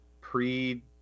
pre